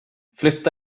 flytta